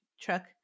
truck